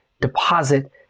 deposit